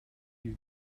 you